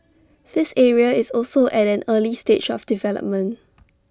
the area is also at an early stage of development